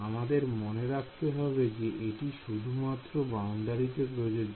আমাদের মনে রাখতে হবে যে এটি শুধুমাত্র বাউন্ডারিতে প্রযোজ্য